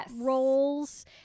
roles